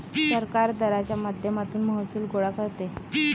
सरकार दराच्या माध्यमातून महसूल गोळा करते